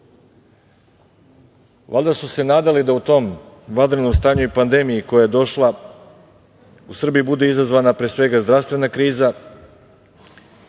Valjda su se nadali da u tom vanrednom stanju i pandemiji koja je došla u Srbiji bude izazvana pre svega zdravstvena kriza